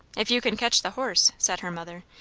if you can catch the horse, said her mother.